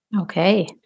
Okay